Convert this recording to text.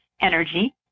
energy